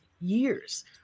years